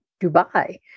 Dubai